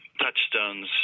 touchstones